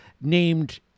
named